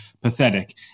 Pathetic